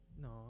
No